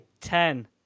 Ten